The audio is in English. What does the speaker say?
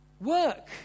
Work